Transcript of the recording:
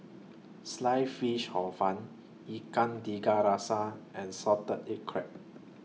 Sliced Fish Hor Fun Ikan Tiga Rasa and Salted Egg Crab